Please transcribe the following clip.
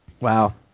Wow